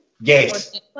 Yes